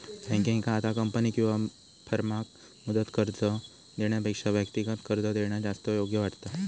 बँकेंका आता कंपनी किंवा फर्माक मुदत कर्ज देण्यापेक्षा व्यक्तिगत कर्ज देणा जास्त योग्य वाटता